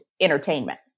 entertainment